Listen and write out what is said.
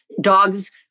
dogs